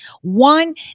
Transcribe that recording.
one